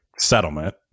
Settlement